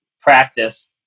practice